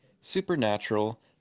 supernatural